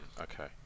Okay